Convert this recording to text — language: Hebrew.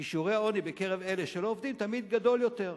כי שיעורי העוני בקרב אלה שלא עובדים תמיד גדולים יותר.